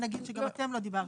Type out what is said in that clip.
בואי נגדי שגם אתם לא דיברתם,